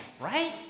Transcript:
right